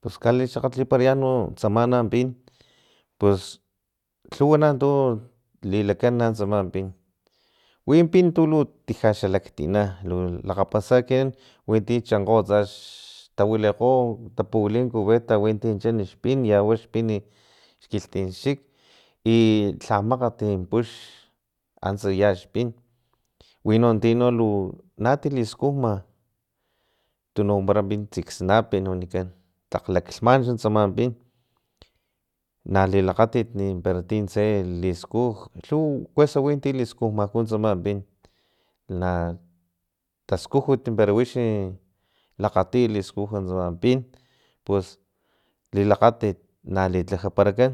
Pus kalixakgatliparayan no tsan pin pus lhuwa nantu lilakan tsaman pin win pin tulu tija xalaktina lu lakgapasa ekinan witi chankgo xtawilikgo tapuwili cubeta winti chan xpin y yawa xpin xkilhtinchik i lhamakgat pux antsa ya xpin wino tino lu natiliskujma tunukwampara pin tsiksnapin wanikan tlak laklhman tsama pin nalilakgatit i parantintse liskuj lhuw kuesa wi ti liskujmaku tsaman pin na taskujut para wixi lakgatiy liskuj tsama pin pus lilakgatit nalitlajaparakan